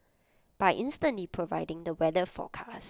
by instantly providing the weather